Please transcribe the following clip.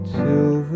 till